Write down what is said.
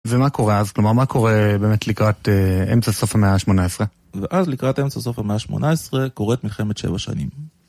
ומה קורה אז? כלומר, מה קורה באמת לקראת אמצע סוף המאה ה-18? ואז לקראת אמצע סוף המאה ה-18 קורית מלחמת שבע שנים.